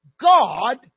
God